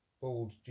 bald